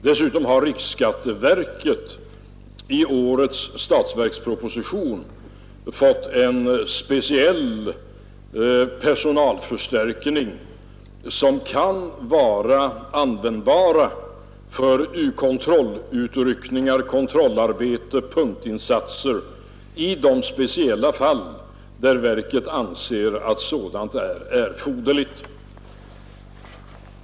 Dessutom har riksskatteverket i årets statsverksproposition fått en speciell personalförstärkning, som kan vara användbar för kontrollutryckningar, kontrollarbete och punktinsatser i de speciella fall där verket anser att sådant är erforderligt.